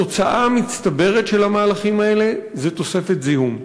התוצאה המצטברת של המהלכים האלה היא תוספת זיהום,